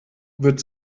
wird